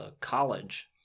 college